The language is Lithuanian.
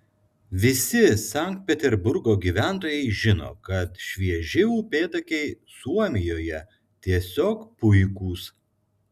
visi sankt peterburgo gyventojai žino kad švieži upėtakiai suomijoje tiesiog puikūs